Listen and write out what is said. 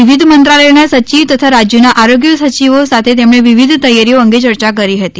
વિવિધ મંત્રાલયોના સચિવ તથા રાજ્યોના આરોગ્ય સચિવો સાથે તેમણે વિવિધ તૈયારીઓ અંગે ચર્ચા કરી હતી